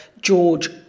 George